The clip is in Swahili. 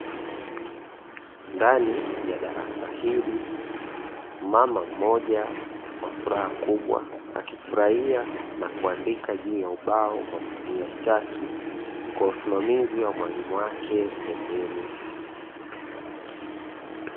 Ndani ya darasa hili mama mmoja kwa furaha kubwa akifurahia na kuandika juu ya ubao kwa kutumia chaki kwa usimamizi ya mwalimu wake pembeni.